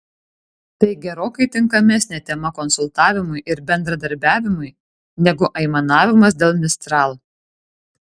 tai gerokai tinkamesnė tema konsultavimui ir bendradarbiavimui negu aimanavimas dėl mistral